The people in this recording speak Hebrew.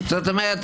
זאת אומרת,